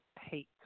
hate